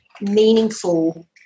meaningful